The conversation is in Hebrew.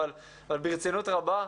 אבל אני אומר ברצינות רבה: